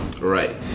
Right